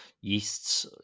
yeasts